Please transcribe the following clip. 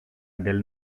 del